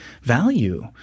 value